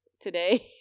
today